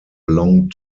long